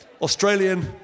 Australian